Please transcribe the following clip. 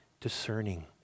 discerning